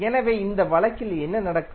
எனவே இந்த வழக்கில் என்ன நடக்கும்